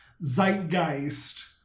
zeitgeist